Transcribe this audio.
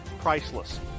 priceless